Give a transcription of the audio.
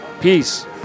peace